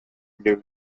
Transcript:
new